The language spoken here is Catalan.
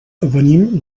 venim